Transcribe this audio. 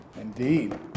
Indeed